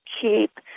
keep